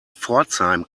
pforzheim